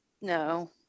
no